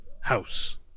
house